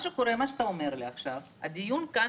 מה שאתה אומר לי עכשיו הוא שהדיון כאן